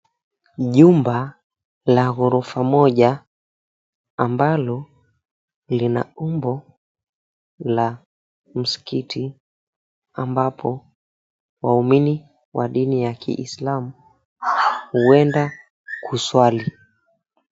Nyumba la ghorofa moja ambalo lina umbo la msikiti ambapo waumini wa dini ya kiislamu huenda kuswali.